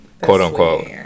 quote-unquote